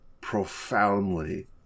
profoundly